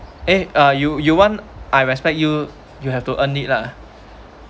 eh ah you you want I respect you you have to earn it lah